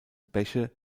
bäche